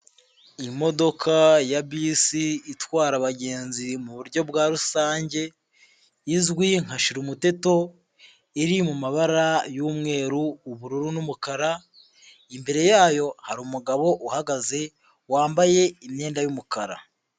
Imodoka ya bisi itwara abagenzi mu buryo bwa rusange, izwi nka shirumoteto, iri mu mabara y'umweru, ubururu n'umukara, imbere yayo hari umugabo uhagaze wambaye imyenda y'umukara.